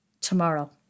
tomorrow